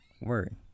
word